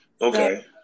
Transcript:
Okay